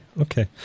okay